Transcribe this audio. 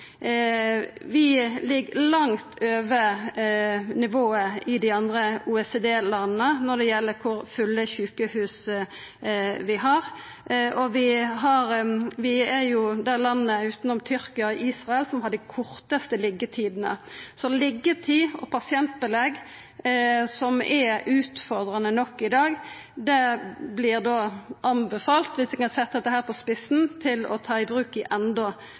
Vi ligg langt over nivået i dei andre OECD-landa når det gjeld kor fulle sjukehus vi har, og vi er det landet – utanom Tyrkia og Israel – som har dei kortaste liggetidene. Når det gjeld liggjetid og pasientbelegg, som er utfordrande nok i dag, vert det anbefalt – viss ein kan setja dette på spissen – å ta dette i bruk i endå